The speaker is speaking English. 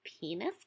penis